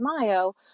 Mayo